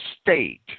state